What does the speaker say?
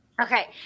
Okay